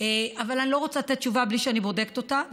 אבל אני לא רוצה לתת תשובה בלי שאני בודקת אותה,